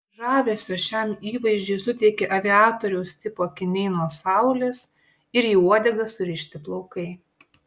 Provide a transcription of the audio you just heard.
žavesio šiam įvaizdžiui suteikė aviatoriaus tipo akiniai nuo saulės ir į uodegą surišti plaukai